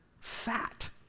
fat